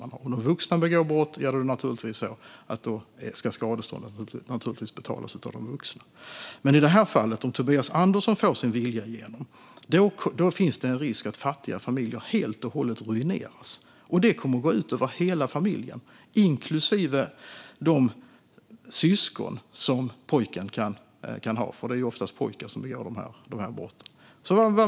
När en vuxen begår brott ska skadeståndet naturligtvis betalas av den vuxna. I det här fallet, om Tobias Andersson skulle få sin vilja igenom, finns det en risk för att fattiga familjer helt och hållet ruineras. Det skulle gå ut över hela familjen, inklusive de syskon som pojken kan ha - det är ju oftast pojkar som begår de här brotten.